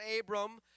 Abram